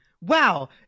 Wow